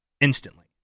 instantly